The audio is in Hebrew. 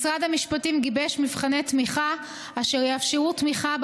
משרד המשפטים גיבש מבחני תמיכה אשר יאפשרו תמיכה,